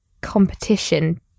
competition